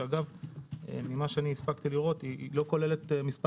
שלפי מה שהספקתי לראות לא כוללת מספר